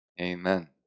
Amen